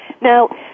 Now